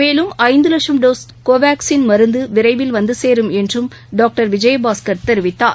மேலும் ஐந்துவட்சம் டோஸ் கோவாக்ஸின் மருந்துவிரைவில் வந்துசேரும் என்றும் டாக்டர் விஜயபாஸ்கர் தெரிவித்தார்